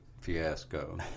fiasco